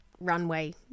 runway